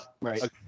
right